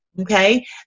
Okay